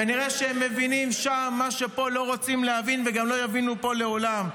כנראה שהם מבינים שם מה שפה לא רוצים להבין וגם לא יבינו לעולם.